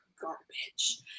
garbage